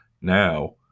now